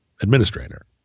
administrator